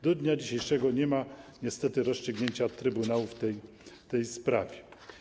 Do dnia dzisiejszego nie ma niestety rozstrzygnięcia Trybunału w tej sprawie.